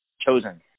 chosen